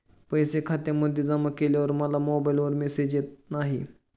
पैसे खात्यामध्ये जमा केल्यावर मला मोबाइलवर मेसेज येत नाही?